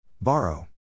Borrow